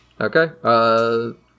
Okay